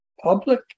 public